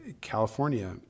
California